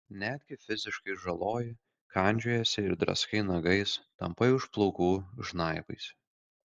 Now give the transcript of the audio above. netgi fiziškai žaloji kandžiojiesi ir draskai nagais tampai už plaukų žnaibaisi